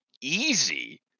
easy